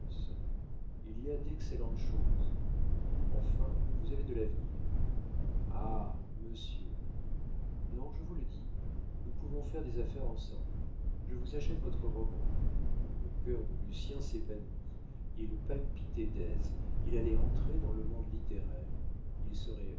il y a d'excellentes choses enfin vous avez de l'avenir ah monsieur non je vous le dis nous pouvons faire des affaires ensemble je vous achète votre roman le cœur de lucien s'épanouit il palpitait d'aise il allait entrer dans le monde littéraire il serait